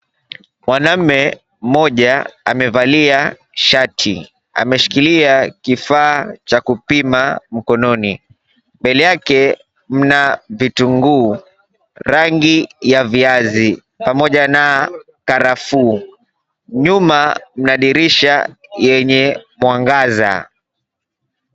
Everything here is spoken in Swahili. Mwanamme mmoja, amevalia shati, ameshikilia kifaa cha kupima mkononi, mbele yake mna vitunguu rangi ya viazi pamoja na karafuu. Nyuma mna dirisha yenye mwangaza.